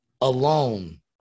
alone